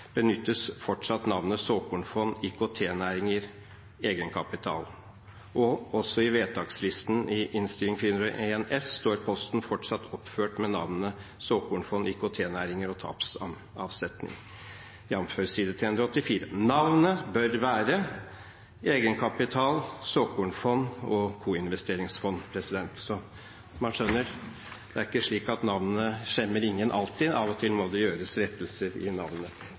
benyttes fortsatt navnet «Såkornfond IKT-næringer, egenkapital». Også i vedtakslisten i Innst. 401 S står posten fortsatt oppført med navnet «Såkornfond IKT-næringer, egenkapital», jf. side 384. Navnet bør være «Egenkapital, såkornfond og koinvesteringsfond». Man skjønner det ikke er slik at navnet skjemmer ingen, alltid. Av og til må det gjøres rettelser i navnet.